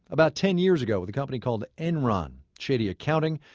about ten years ago with a company called enron. shady accounting.